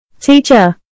Teacher